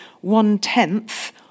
one-tenth